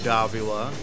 Davila